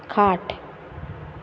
खाट